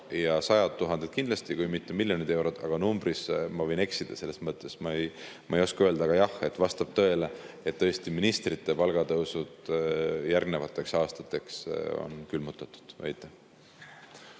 sajad tuhanded kindlasti, kui mitte miljonid eurod, aga numbriga ma võin eksida. Ma ei oska öelda. Aga jah, vastab tõele, et ministrite palgatõusud järgnevateks aastateks on külmutatud.